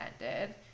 ended